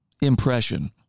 impression